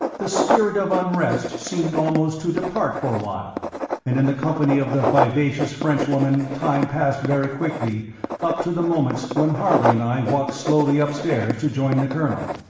the spirit of unrest seemed almost to depart for awhile, and in the company of the vivacious frenchwoman time passed very quickly up to the moment when harley and i walked slowly upstairs to join the colonel.